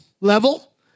level